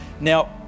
Now